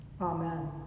Amen